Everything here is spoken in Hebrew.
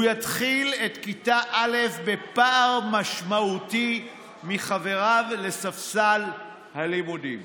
הוא יתחיל את כיתה א' בפער משמעותי מחבריו לספסל הלימודים.